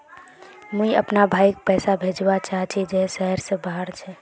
मुई अपना भाईक पैसा भेजवा चहची जहें शहर से बहार छे